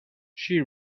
she